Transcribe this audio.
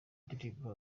ndirimbo